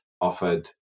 offered